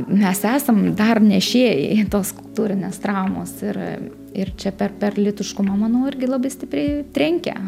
mes esam dar nešėjai tos kultūrinės traumos ir ir čia per per lytiškumą manau irgi labai stipriai trenkia